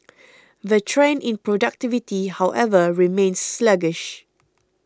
the trend in productivity however remains sluggish